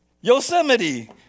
Yosemite